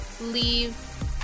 leave